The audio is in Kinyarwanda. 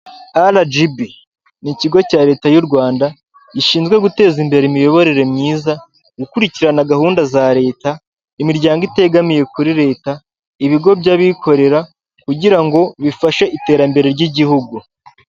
RGB ni ikigo cya leta y'u Rwanda gishinzwe guteza imbere imiyoborere myiza, gukurikirana gahunda za leta ,imiryango itegamiye kuri leta, ibigo by'abikorera kugira ngo bifashe iterambere ry'igihugu .